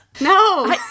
No